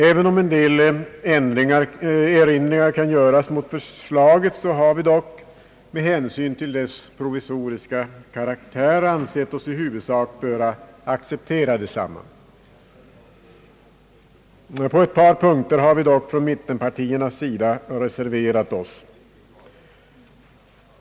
Även om en del erinringar kan göras mot förslaget har vi med hänsyn till dess provisoriska karaktär ansett oss i huvudsak böra acceptera detsamma. På ett par punkter har vi dock från mittenpartiernas sida reserverat oss.